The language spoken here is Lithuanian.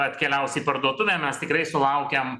atkeliausi į parduotuvę mes tikrai sulaukiam